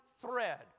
thread